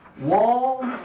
wall